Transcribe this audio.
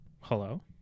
Hello